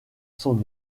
son